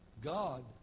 God